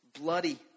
Bloody